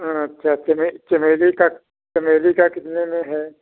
हाँ चमेली का चमेली का कितने में है